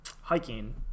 hiking